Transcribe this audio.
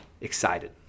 excited